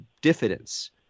diffidence